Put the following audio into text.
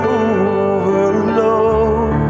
overload